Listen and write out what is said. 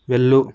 వెళ్ళు